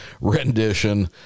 rendition